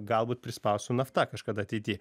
galbūt prispaus su nafta kažkada ateity